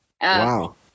Wow